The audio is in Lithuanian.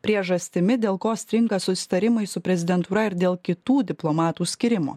priežastimi dėl ko stringa susitarimai su prezidentūra ir dėl kitų diplomatų skyrimo